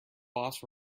boss